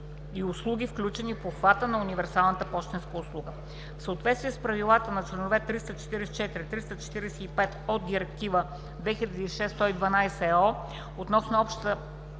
и „услуги, включени в обхвата на универсалната пощенска услуга“. В съответствие с правилата на членове 344 и 345 от Директива 2006/112/ЕО относно общата